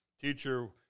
teacher